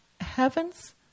Heavens